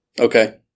okay